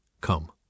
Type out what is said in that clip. Come